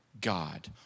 God